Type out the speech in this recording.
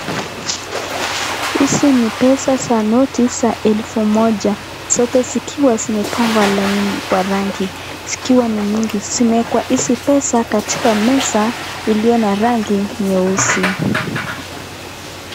Hizi ni pesa za noti za elfu moja zote zikiwa zimepangwa laini kwa rangi zikiwa ni mingi. Zimeekwa hizi pesa katika meza iliona rangi nyeusi.